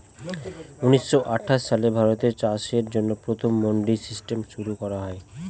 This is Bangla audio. উনিশশো আঠাশ সালে ভারতে চাষের জন্য প্রথম মান্ডি সিস্টেম শুরু করা হয়